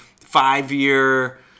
five-year